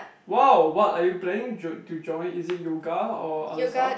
!wow! what are you planning jo~ to join is it yoga or other stuff